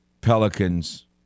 Pelicans